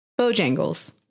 bojangles